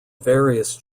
various